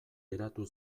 geratu